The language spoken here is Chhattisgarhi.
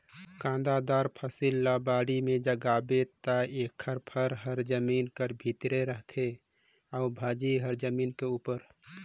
कांदादार फसिल ल बाड़ी में जगाबे ता एकर फर हर जमीन कर भीतरे रहथे अउ भाजी हर जमीन कर उपर